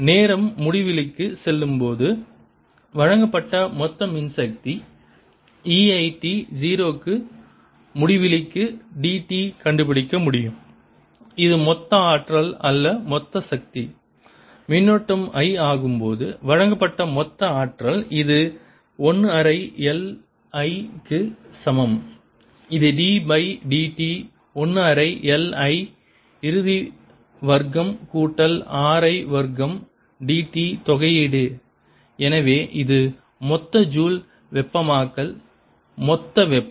நேரம் முடிவிலிக்குச் செல்லும்போது வழங்கப்பட்ட மொத்த மின்சக்தி EI t 0 க்கு முடிவிலி dt கண்டுபிடிக்க முடியும் இது மொத்த ஆற்றல் அல்ல மொத்த சக்தி மின்னோட்டம் I ஆகும்போது வழங்கப்பட்ட மொத்த ஆற்றல் இது 1 அரை LI க்கு சமம் இது d பை dt 1 அரை LI இறுதி வர்க்கம் கூட்டல் RI வர்க்கம் dt தொகையீடு எனவே இது மொத்த ஜூல் வெப்பமாக்கல் மொத்த வெப்பம்